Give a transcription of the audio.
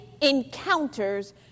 encounters